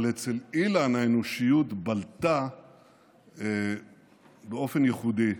אבל אצל אילן האנושיות בלטה באופן ייחודי.